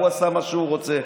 ההוא עשה מה שהוא רוצה,